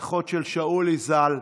אחות של שאולי ז"ל,